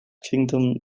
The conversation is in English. kingdom